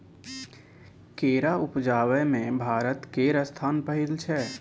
केरा उपजाबै मे भारत केर स्थान पहिल छै